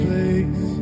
Place